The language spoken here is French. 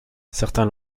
certains